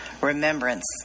remembrance